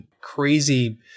crazy